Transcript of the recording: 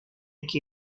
que